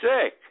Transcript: sick